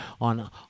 on